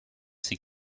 she